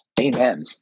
Amen